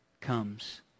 comes